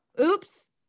oops